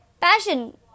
Passion